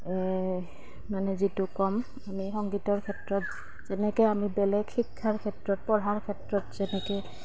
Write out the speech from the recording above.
মানে যিটো কম আমি সংগীতৰ ক্ষেত্ৰত যেনেকৈ আমি বেলেগ শিক্ষাৰ ক্ষেত্ৰত পঢ়াৰ ক্ষেত্ৰত যেনেকৈ